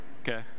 okay